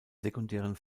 sekundären